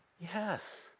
Yes